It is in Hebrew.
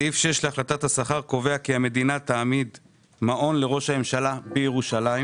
סעיף 6 להחלטת השכר קובע כי המדינה תעמיד מעון לראש הממשלה בירושלים.